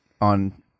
on